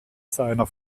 seiner